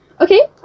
okay